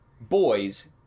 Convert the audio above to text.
boys